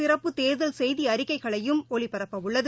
சிறப்பு தேர்தல் செய்திஅறிக்கைகளையும் ஒலிபரப்பவுள்ளது